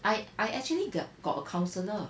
I I actually ge~ got a counsellor